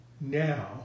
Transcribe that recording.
now